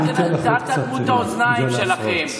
אל תאטמו את האוזניים שלכם.